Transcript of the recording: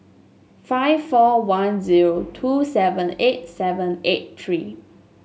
five four one zero two seven eight seven eight three